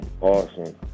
awesome